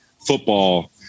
football